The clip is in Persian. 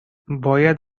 باید